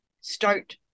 start